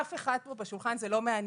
את אף אחד בשולחן פה זה לא מעניין.